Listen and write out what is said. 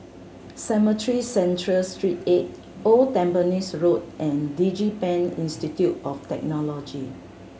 Cemetry Central Street Eight Old Tampines Road and DigiPen Institute of Technology